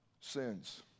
sins